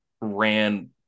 ran